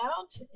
out